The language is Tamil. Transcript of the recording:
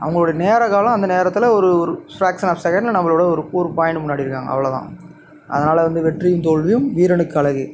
அவங்களுடைய நேரம்காலம் அந்த நேரத்தில் ஒரு ஒரு ஃபிராக்சனாஃப் செகெண்டில் நம்மளைவிட ஒரு ஒரு பாய்ண்ட் முன்னாடி இருக்காங்க அவ்வளோ தான் அதனால் வந்து வெற்றியும் தோல்வியும் வீரனுக்கு அழகு